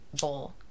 bowl